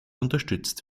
unterstützt